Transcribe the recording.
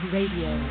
Radio